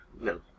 No